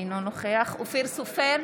אינו נוכח אופיר סופר,